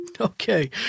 Okay